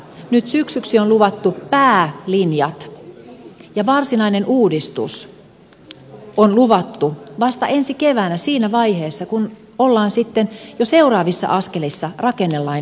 nyt syksyksi on luvattu päälinjat ja varsinainen uudistus on luvattu vasta ensi kevääksi siihen vaiheeseen kun ollaan sitten jo seuraavissa askelissa rakennelain puolella